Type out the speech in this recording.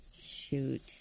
Shoot